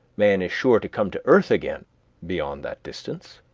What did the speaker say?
man is sure to come to earth again beyond that distance.